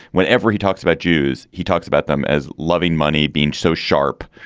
whenever he talks about jews, he talks about them as loving money being so sharp.